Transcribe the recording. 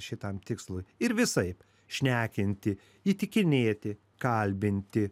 šitam tikslui ir visaip šnekinti įtikinėti kalbinti